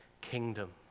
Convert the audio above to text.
kingdom